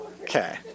Okay